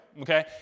okay